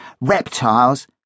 reptiles